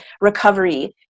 recovery